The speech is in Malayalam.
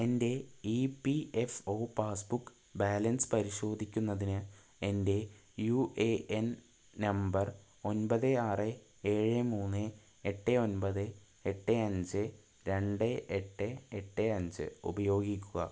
എന്റെ E P F O passbook balance പരിശോധിക്കുന്നതിന് എന്റെ യു എ എൻ നമ്പർ ഒൻപത് ആറ് ഏഴ് മൂന്ന് എട്ട് ഒൻമ്പത് എട്ട് അഞ്ച് രണ്ട് എട്ട് എട്ട് അഞ്ച് ഉപയോഗിക്കുക